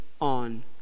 on